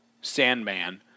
Sandman